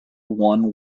one